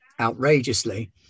outrageously